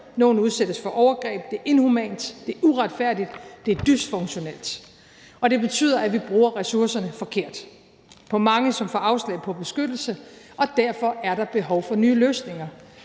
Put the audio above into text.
nogle udsættes for overgreb. Det er inhumant, det er uretfærdigt, det er dysfunktionelt, og det betyder, at vi bruger ressourcerne forkert på mange, som får afslag på beskyttelse, og derfor er der behov for nye løsninger.